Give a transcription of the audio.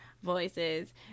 Voices